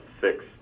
six